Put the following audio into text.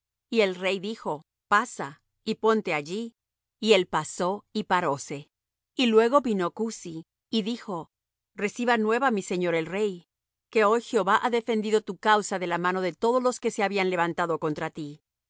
y el rey dijo pasa y ponte allí y él pasó y paróse y luego vino cusi y dijo reciba nueva mi señor el rey que hoy jehová ha defendido tu causa de la mano de todos los que se habían levantado contra ti